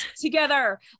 together